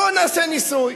בוא נעשה ניסוי.